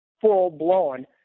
full-blown